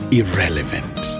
irrelevant